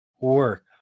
work